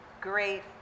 great